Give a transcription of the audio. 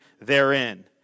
therein